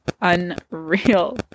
unreal